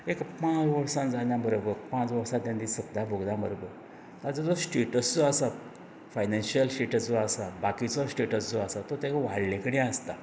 एक पांच वर्सां जायना बरोबर पांच वर्सां ताणें सत्ता भोगल्यां बरोबर ताजो जो स्टेटस जो आसा नेशनल स्टेटस जो आसा बाकीचो स्टेटस जो आसा तो ताका वाडल्ले कडेन आसतां